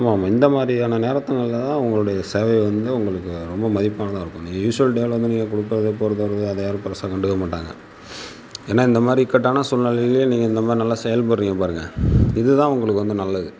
ஆமாம் ஆமாம் இந்த மாதிரியான நேரத்தினாலதான் உங்களுடைய சேவை வந்து உங்களுக்கு ரொம்ப மதிப்பானதாக இருக்கும் நீங்கள் யூஸ்வல் டைம்ல வந்து நீங்கள் கொடுக்குறது போகிறது வர்றது அதை யாரும் பெருசாக கண்டுக்க மாட்டாங்க ஏன்னா இந்தமாதிரி இக்கட்டான சூழ்நிலையிலையும் நீங்கள் இந்தமாதிரி நல்லா செயல்படுறிங்க பாருங்கள் இதுதான் உங்களுக்கு வந்து நல்லது